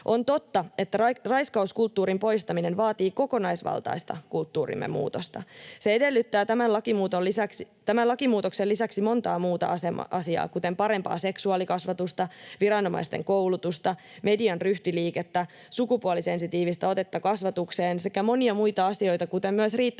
On totta, että raiskauskulttuurin poistaminen vaatii kokonaisvaltaista kulttuurimme muutosta. Se edellyttää tämän lakimuutoksen lisäksi montaa muuta asiaa, kuten parempaa seksuaalikasvatusta, viranomaisten koulutusta, median ryhtiliikettä, sukupuolisensitiivistä otetta kasvatukseen sekä monia muita asioita, kuten myös riittäviä